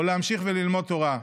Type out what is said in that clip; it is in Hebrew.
או להמשיך וללמוד תורה?